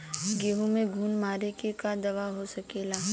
गेहूँ में घुन मारे के का दवा हो सकेला?